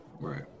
Right